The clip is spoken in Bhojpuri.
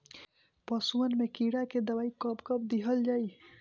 पशुअन मैं कीड़ा के दवाई कब कब दिहल जाई?